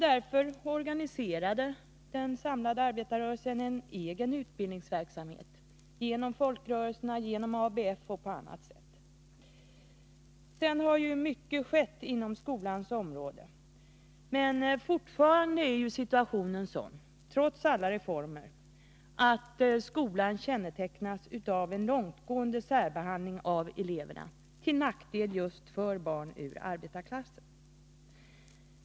Därför organiserade den samlade arbetarrörelsen en egen utbildningsverksamhet genom folkrörelserna, ABF och på annat sätt. Sedan har mycket skett inom skolans område, men fortfarande är situationen sådan — trots alla reformer — att skolan kännetecknas av en långtgående särbehandling av eleverna till nackdel just för barn ur arbetarklassen.